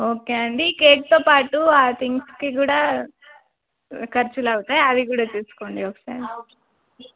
okay అండి కేక్తో పాటు ఆ థింగ్స్కి కూడా ఖర్చుల అవుతాయి అవి కూడా తీసుకోండి ఒకసారి అ